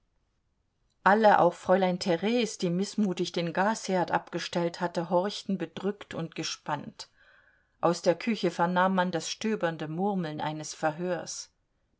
alle auch fräulein theres die mißmutig den gasherd abgestellt hatte horchten bedrückt und gespannt aus der küche vernahm man das stöbernde murmeln eines verhörs